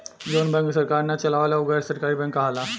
जवन बैंक सरकार ना चलावे उ गैर सरकारी बैंक कहाला